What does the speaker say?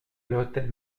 l’hôtel